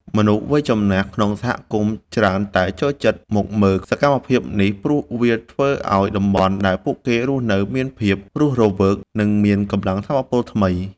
មនុស្សវ័យចំណាស់ ក្នុងសហគមន៍ច្រើនតែចូលចិត្តមកមើលសកម្មភាពនេះ ព្រោះវាធ្វើឱ្យតំបន់ដែលពួកគេរស់នៅមានភាពរស់រវើក និងមានកម្លាំងថាមពលថ្មី។